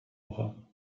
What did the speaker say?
ucho